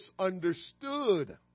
misunderstood